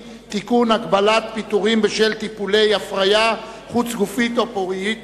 הגבלת גיל למתן רשיון כלי ירייה ולאימון במטווח),